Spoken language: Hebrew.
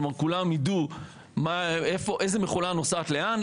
כלומר, כולם ידעו מה, איזה מכולה נוסעת לאן.